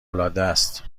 العادست